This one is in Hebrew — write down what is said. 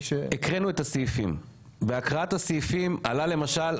הקראנו את הסעיפים בהקראת הסעיפים עלה למשל,